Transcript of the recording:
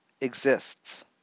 exists